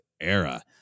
era